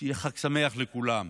שיהיה חג שמח לכולם,